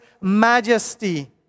majesty